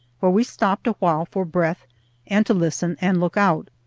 where we stopped awhile for breath and to listen and look out.